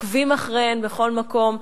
עוקבים אחריהם בכל מקום,